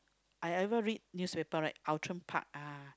I ever read newspaper right Outram-Park uh